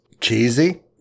cheesy